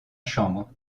chambre